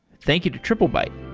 thank you to triplebyte